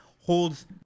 holds